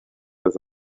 oedd